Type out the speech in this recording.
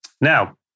Now